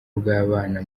bw’abana